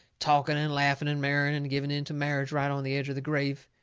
talking and laughing and marrying and giving in to marriage right on the edge of the grave.